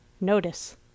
notice